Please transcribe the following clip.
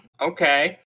Okay